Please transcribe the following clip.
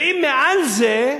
ואם מעל זה,